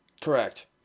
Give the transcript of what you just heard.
Correct